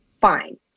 fine